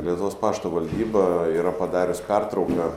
lietuvos pašto valdyba yra padarius pertrauką